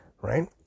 right